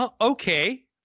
Okay